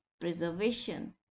preservation